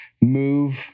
move